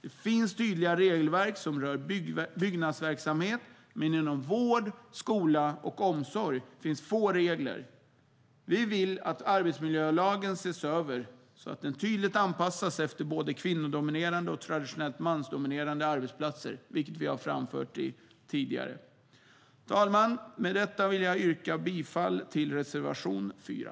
Det finns tydliga regelverk som rör byggnadsverksamhet, men inom vård, skola och omsorg finns få regler. Vi vill att arbetsmiljölagen ses över, så att den tydligt anpassas efter både kvinnodominerade och traditionellt mansdominerade arbetsplatser, vilket vi har framfört tidigare. Herr talman! Med detta vill jag yrka bifall till reservation 4.